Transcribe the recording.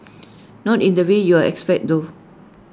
not in the way you're expect though